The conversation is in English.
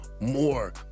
more